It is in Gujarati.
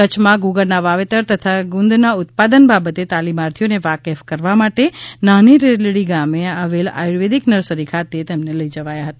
કચ્છમાં ગુગળના વાવેતર તથા ગુંદના ઉત્પાદન બાબતે તાલીમાર્થીઓને વાકેફ કરવા માટે નાની રેલડી ગામે આવેલ આયુર્વેદિક નર્સરી ખાતે લઈ જવાયા હતા